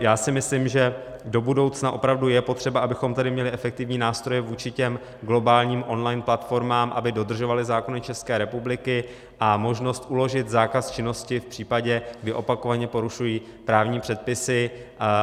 Já si myslím, že do budoucna opravdu je potřeba, abychom tady měli efektivní nástroje vůči těm globálním online platformám, aby dodržovaly zákony České republiky, a možnost uložit zákaz činnosti v případě, kdy opakovaně porušují právní předpisy